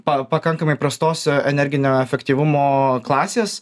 pa pakankamai prastos energinio efektyvumo klasės